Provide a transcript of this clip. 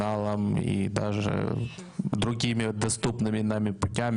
מהיום הראשון של המלחמה השגרירות הפיצה מידע בשלל דרכים,